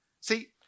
See